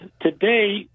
today